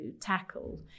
tackle